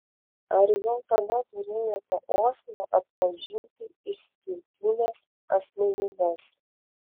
ar jau tada turėjote uoslę atpažinti išskirtines asmenybes